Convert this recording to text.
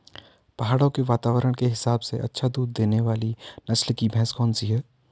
पहाड़ों के वातावरण के हिसाब से अच्छा दूध देने वाली नस्ल की भैंस कौन सी हैं?